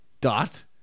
dot